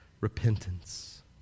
repentance